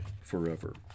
forever